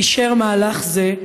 אישר מהלך זה?